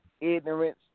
Ignorance